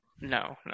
No